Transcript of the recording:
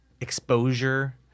exposure